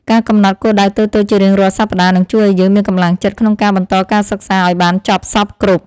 ការកំណត់គោលដៅតូចៗជារៀងរាល់សប្តាហ៍នឹងជួយឱ្យយើងមានកម្លាំងចិត្តក្នុងការបន្តការសិក្សាឱ្យបានចប់សព្វគ្រប់។